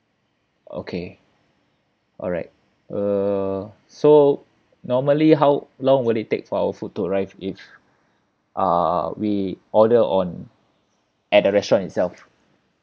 okay alright uh so normally how long will it take for our food to arrive if uh we order on at the restaurant itself